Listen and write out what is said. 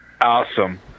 Awesome